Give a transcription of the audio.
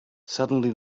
suddenly